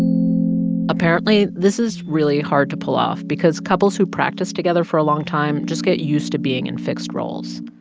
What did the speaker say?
apparently, this is really hard to pull off because couples who practice together for a long time just get used to being in fixed roles.